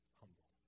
humble